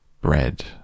bread